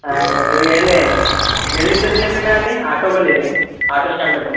ಆಯ್ತು ಆಯ್ತು ರೀ ಎಲ್ಲಿ ಎಲ್ಲಿ ನಿಂದಿರ್ಲಿ ರೀ ನಾನು ಅಲ್ಲಿ ಆಟೋ ಬಳಿ ರೀ ಆಟೋ ಸ್ಟ್ಯಾಂಡ್ ಬಳಿ